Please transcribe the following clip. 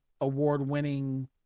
award-winning